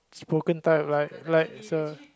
spoken type like like sir